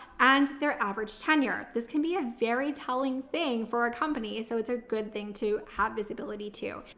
and their average tenure. this can be a very telling thing for our company. so it's a good thing to have visibility to.